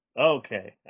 Okay